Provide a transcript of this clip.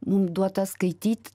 mum duota skaityt